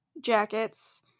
jackets